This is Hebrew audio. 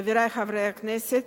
חברי חברי הכנסת,